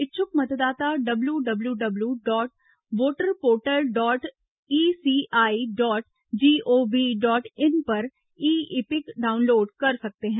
इच्छुक मतदाता W W W dot voter portal dot ECI dot gov dot in पर e EPIC download कर सकते हैं